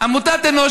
עמותת אנוש